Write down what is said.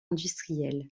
industrielle